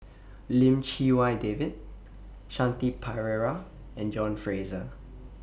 Lim Chee Wai David Shanti Pereira and John Fraser